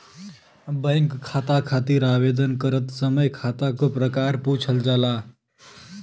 bank खाता खातिर आवेदन करत समय खाता क प्रकार पूछल जाला